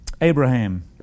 Abraham